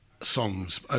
songs